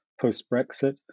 post-Brexit